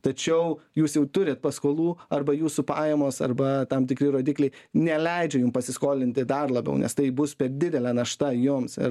tačiau jūs jau turit paskolų arba jūsų pajamos arba tam tikri rodikliai neleidžia jum pasiskolinti dar labiau nes tai bus per didelė našta jums ir